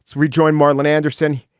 rejoined marlin anderson.